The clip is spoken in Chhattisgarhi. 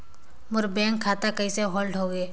मोर बैंक खाता कइसे होल्ड होगे?